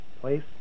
place